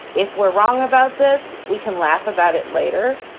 if we're wrong about this, we can laugh about it later.